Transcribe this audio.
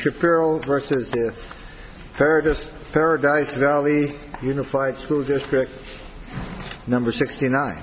girl versus curtis paradise valley unified school district number sixty nine